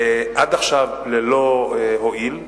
עד עכשיו ללא הועיל.